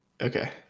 Okay